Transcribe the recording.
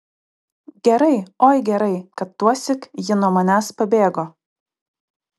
gerai oi gerai kad tuosyk ji nuo manęs pabėgo